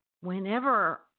whenever